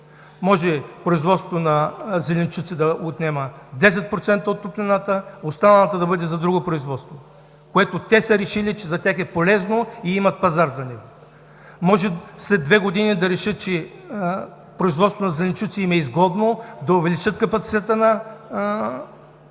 Може производството на зеленчуци да отнема 10% от топлината, а останалата да бъде за друго производство, за което те са решили, че им е полезно и имат пазар за него. Може след две години да решат, че производството на зеленчуци им е изгодно, тогава да увеличат капацитета на оранжериите.